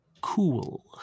Cool